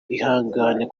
ihangane